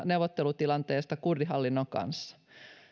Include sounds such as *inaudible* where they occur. *unintelligible* neuvottelutilanteesta kurdihallinnon kanssa